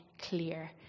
clear